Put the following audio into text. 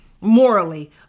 morally